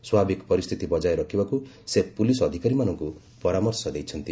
ସ୍ୱାଭାବିକ ପରିସ୍ଥିତି ବଜାୟ ରଖିବାକୁ ସେ ପୁଲିସ୍ ଅଧିକାରୀମାନଙ୍କୁ ପରାମର୍ଶ ଦେଇଛନ୍ତି